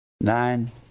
Nine